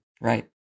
Right